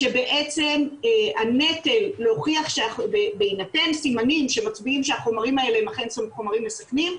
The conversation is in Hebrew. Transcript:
כשבעצם בהינתן סימנים שמצביעים שהחומרים הם אכן חומרים מסכנים,